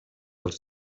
els